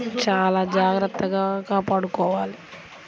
పండిన దశ వరకు మొక్కలను ఏ విధంగా కాపాడుకోవాలి?